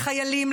לחיילים,